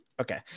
Okay